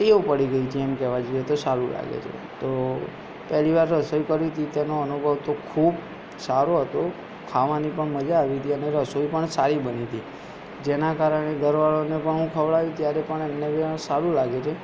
ટેવ પડી ગઈ છે એમ કેવા જઈએ તો સારું લાગે છે તો પહેલી વાર રસોઈ કરી હતી તેનો અનુભવ તો ખૂબ સારો હતો ખાવાની પણ મજા આવી હતી અને રસોઈ પણ સારી બની હતી જેના કારણે ઘરવાળાને પણ હું ખવડાવ્યું ત્યારે એમને પણ સારું લાગે છે